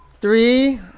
Three